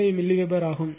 25 milliweber ஆகும்